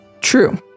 True